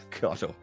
God